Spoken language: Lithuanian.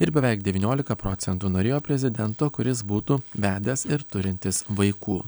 ir beveik devyniolika procentų norėjo prezidento kuris būtų vedęs ir turintis vaikų